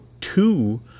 two